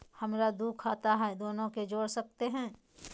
हमरा दू खाता हय, दोनो के जोड़ सकते है?